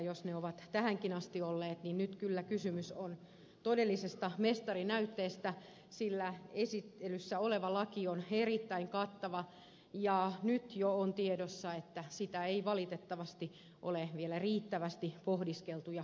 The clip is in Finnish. jos ne ovat tähänkin asti olleet niin nyt kyllä kysymys on todellisesta mestarinäytteestä sillä esittelyssä oleva laki on erittäin kattava ja nyt jo on tiedossa että sitä ei valitettavasti ole vielä riittävästi pohdiskeltu ja punnittu